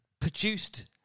produced